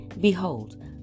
Behold